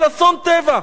אבל אסון טבע.